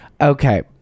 Okay